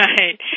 Right